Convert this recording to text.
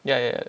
ya ya ya